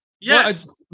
Yes